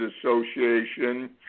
Association